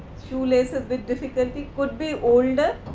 shoe laces with difficulty, could be older,